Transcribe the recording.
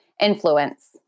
Influence